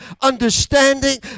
understanding